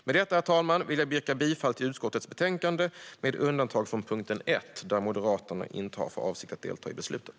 Med detta, herr talman, vill jag yrka bifall till utskottets förslag med undantag för punkt 1, där Moderaterna inte har för avsikt att delta i beslutet.